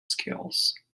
skills